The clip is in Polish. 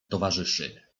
towarzyszy